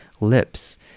lips